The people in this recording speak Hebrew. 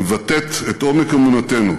היא מבטאת את עומק אמונתנו